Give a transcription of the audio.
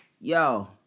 Yo